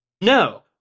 No